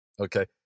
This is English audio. Okay